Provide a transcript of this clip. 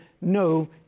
no